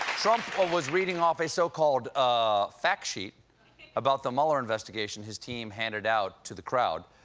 trump was reading off a so-called ah fact sheet about the mueller investigation his team handed out to the crowd.